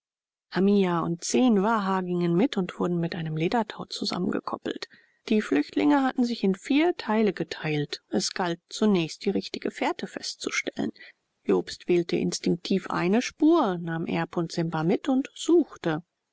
hamiaa und zehn waha gingen mit und wurden mit einem ledertau zusammengekoppelt die flüchtlinge hatten sich in vier teile geteilt es galt zunächst die richtige fährte festzustellen jobst wählte instinktiv eine spur nahm erb und simba mit und suchte